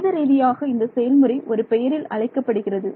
கணித ரீதியாக இந்த செயல்முறை ஒரு பெயரில் அழைக்கப்படுகிறது